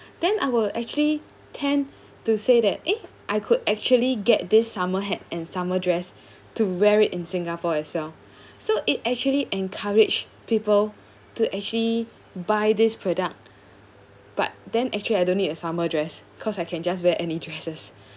then I will actually tend to say that eh I could actually get this summer hat and summer dress to wear it in singapore as well so it actually encourage people to actually buy this product but then actually I don't need a summer dress because I can just wear any dresses